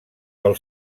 pel